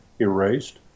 erased